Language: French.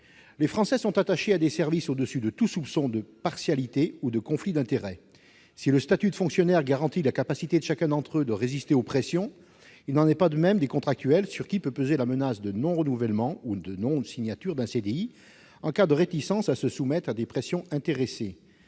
Les Français sont attachés à des services au-dessus de tout soupçon de partialité ou de conflit d'intérêts. Si le statut des fonctionnaires garantit la capacité de chacun d'entre eux de résister aux pressions, il n'en est pas de même des contractuels, sur lesquels peut peser la menace d'un non-renouvellement de contrat ou d'un refus de passage en CDI en cas de réticence à se soumettre à des pressions intéressées.